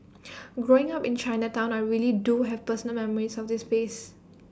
growing up in Chinatown I really do have personal memories of this space